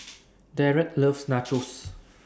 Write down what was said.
Dereck loves Nachos